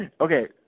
Okay